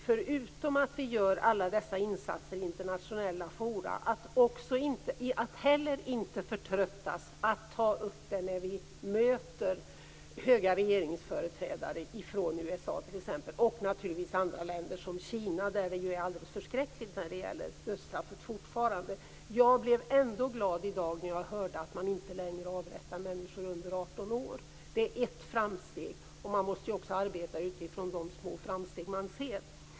Förutom att vi gör alla dessa insatser i internationella forum tror jag att det också är viktigt att inte heller förtröttas utan ta upp detta när vi möter höga regeringsföreträdare från t.ex. USA och naturligtvis från andra länder som Kina, där det fortfarande är alldeles förskräckligt i fråga om dödsstraffet. Jag blev ändå glad i dag när jag hörde att man inte längre avrättar människor under 18 år. Det är ett framsteg. Man måste ju arbeta även utifrån de små framsteg som man ser.